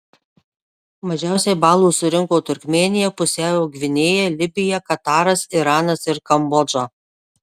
mažiausiai balų surinko turkmėnija pusiaujo gvinėja libija kataras iranas ir kambodža